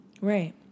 Right